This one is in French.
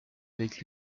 avec